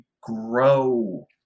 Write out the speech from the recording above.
grow